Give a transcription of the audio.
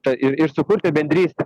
tai ir ir sukurti bendrystę